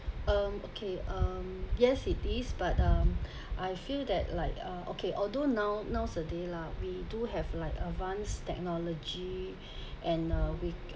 um okay um yes it is but um I feel that like uh okay although now nowadays lah we do have like advanced technology and a